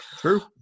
True